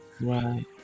Right